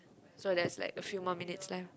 so there's like few more minutes left